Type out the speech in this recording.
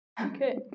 Okay